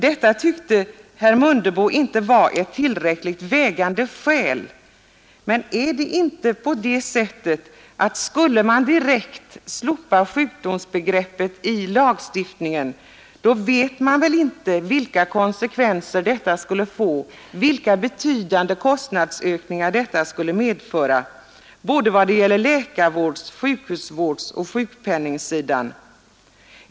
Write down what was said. Detta tyckte herr Mundebo inte var något tillräckligt vägande skäl, men skulle man direkt slopa sjukdomsbegreppet i lagstiftningen, så vet man inte vilka konsekvenser detta skulle få, vilka betydande kostnadsökningar det skulle medföra, i fråga om såväl läkarvård som sjukhusvård och sjukpenning.